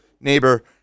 neighbor